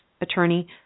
attorney